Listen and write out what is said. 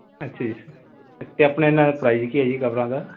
ਅੱਛਾ ਜੀ ਸਰ ਅਤੇ ਆਪਣੇ ਇਹਨਾਂ ਦਾ ਪ੍ਰਾਈਜ਼ ਕੀ ਹੈ ਕਵਰਾਂ ਦਾ